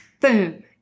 boom